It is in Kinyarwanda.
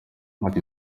ati